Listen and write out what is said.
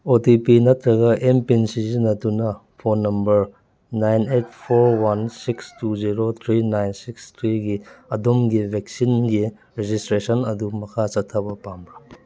ꯑꯣ T P ꯅꯠꯇ꯭ꯔꯒ M PIN ꯁꯤꯖꯤꯟꯅꯗꯨꯅ phone number nine eight four one six two zero three nine six ꯊ꯭ꯔꯤꯒꯤ ꯑꯗꯣꯝꯒꯤ ꯚꯦꯛꯁꯤꯟꯒꯤ ꯔꯦꯖꯤꯁꯇ꯭ꯔꯦꯁꯟ ꯑꯗꯨ ꯃꯈꯥ ꯆꯠꯊꯕ ꯄꯥꯝꯕ꯭ꯔꯥ